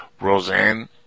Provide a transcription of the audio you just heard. Roseanne